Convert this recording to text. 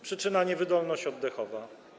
Przyczyna: niewydolność oddechowa.